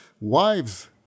wives